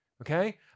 okay